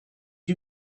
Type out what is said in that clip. you